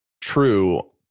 true